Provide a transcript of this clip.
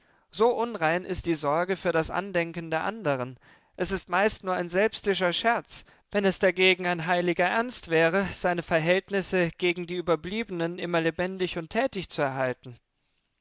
so unrein ist die sorge für das andenken der andern es ist meist nur ein selbstischer scherz wenn es dagegen ein heiliger ernst wäre seine verhältnisse gegen die überbliebenen immer lebendig und tätig zu erhalten